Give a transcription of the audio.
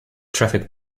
traffic